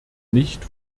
nicht